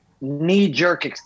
knee-jerk